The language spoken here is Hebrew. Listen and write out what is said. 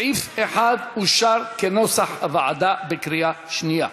סעיף 1 אושר כנוסח הוועדה בקריאה שנייה.